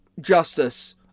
justice